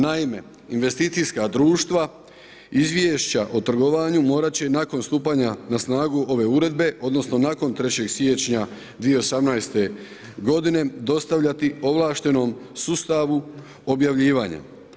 Naime, investicijska društva izvješća o trgovanju morat će nakon stupanja na snagu ove uredbe odnosno nakon 3. siječnja 2018. godine dostavljati ovlaštenom sustavu objavljivanjem.